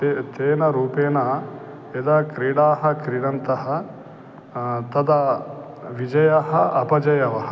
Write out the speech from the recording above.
ते तेन रूपेण यदा क्रीडाः क्रीडन्तः तदा विजयः अपजयः